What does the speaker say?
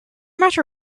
matter